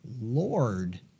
Lord